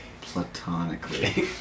Platonically